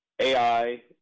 AI